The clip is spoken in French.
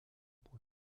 point